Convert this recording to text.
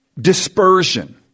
dispersion